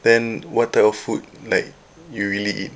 then what type of food like you really eat